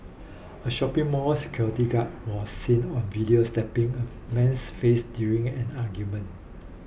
a shopping mall security guard was seen on video slapping a man's face during an argument